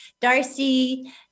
Darcy